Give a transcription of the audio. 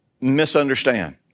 misunderstand